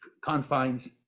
confines